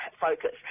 focus